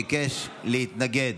ביקש להתנגד